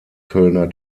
kölner